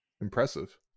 Impressive